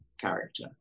character